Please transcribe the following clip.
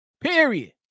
Period